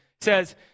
says